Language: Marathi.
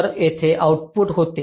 तर येथे आउटपुट होते